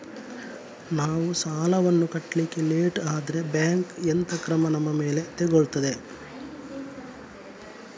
ನಾವು ಸಾಲ ವನ್ನು ಕಟ್ಲಿಕ್ಕೆ ಲೇಟ್ ಆದ್ರೆ ಬ್ಯಾಂಕ್ ಎಂತ ಕ್ರಮ ನಮ್ಮ ಮೇಲೆ ತೆಗೊಳ್ತಾದೆ?